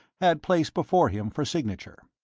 had placed before him for signature.